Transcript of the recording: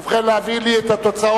ובכן, נא להביא לי את התוצאות.